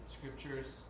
scriptures